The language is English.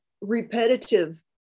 repetitive